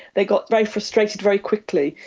they got very frustrated very quickly.